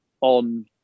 on